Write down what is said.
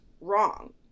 wrong